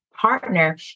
partner